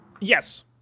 Yes